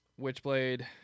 Witchblade